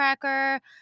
cracker